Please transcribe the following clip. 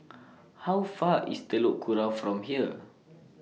How Far away IS Telok Kurau from here